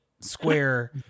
Square